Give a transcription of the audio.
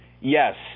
Yes